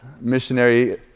missionary